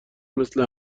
مثل